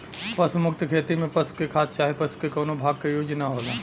पशु मुक्त खेती में पशु के खाद चाहे पशु के कउनो भाग क यूज ना होला